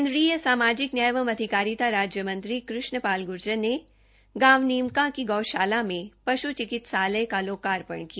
केन्द्रीय सामाजिक न्याय एवं अधिकारिता राज्य मंत्री श्री कृष्णपाल गूर्जर ने गांव नीमका की गौषाला में पश् चिकित्सालय का लोकार्पण किया